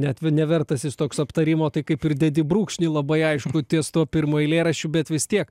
net nevertas jis toks aptarimo tai kaip ir dedi brūkšnį labai aiškų ties tuo pirmu eilėraščiu bet vis tiek